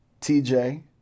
TJ